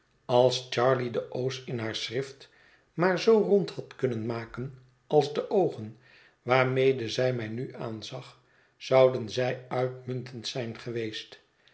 als charley de o's in haar schrift maar zoo rond had kunnen mak en als de oogen waarmede zij mij nu aanzag zouden zij uitmuntend zijn geweest